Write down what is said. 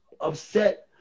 upset